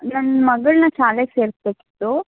ನನ್ನ ಮಗಳನ್ನ ಶಾಲೆಗೆ ಸೇರಿಸ್ಬೇಕಿತ್ತು